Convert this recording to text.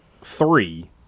three